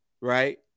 right